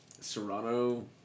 Serrano